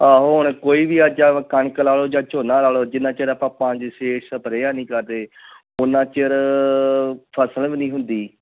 ਆਹੋ ਹੁਣ ਕੋਈ ਵੀ ਅੱਜ ਕਣਕ ਲਾ ਲਓ ਜਾਂ ਝੋਨਾ ਲਾ ਲਓ ਜਿੰਨਾਂ ਚਿਰ ਆਪਾਂ ਪੰਜ ਛੇ ਸਪਰੇਹਾਂ ਨਹੀਂ ਕਰਦੇ ਉੱਨਾਂ ਚਿਰ ਫਸਲ ਵੀ ਨਹੀਂ ਹੁੰਦੀ